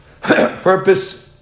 Purpose